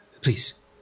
please